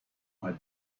hat